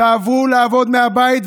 תעברו לעבוד מהבית.